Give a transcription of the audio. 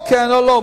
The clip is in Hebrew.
או כן או לא.